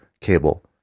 cable